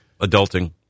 adulting